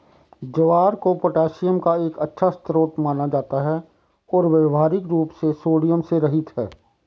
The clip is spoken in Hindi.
ज्वार को पोटेशियम का एक अच्छा स्रोत माना जाता है और व्यावहारिक रूप से सोडियम से रहित है